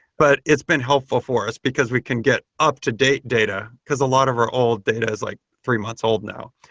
but it's been helpful for us, because we can get up-to-date data, because a lot of our old data is like three months old now.